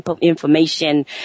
information